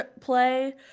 play